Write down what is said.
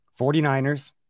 49ers